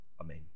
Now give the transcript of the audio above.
Amen